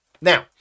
now